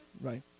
right